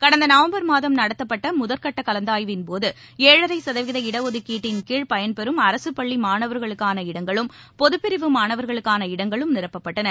கடந்த நவம்பர் மாதம் நடத்தப்பட்ட முதற்கட்ட கலந்தாய்வின் போது ஏழரை சதவீத ஒதுக்கீட்டின் கீழ் பயன்பெறும் அரசு பள்ளி மாணவர்களுக்கான இடங்களும் பொதுப்பிரிவு மாணவர்களுக்கான இடங்களும் நிரப்பப்பட்டன